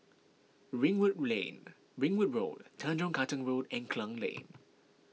Ringwood Lane Ringwood Road Tanjong Katong Road and Klang Lane